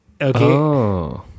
Okay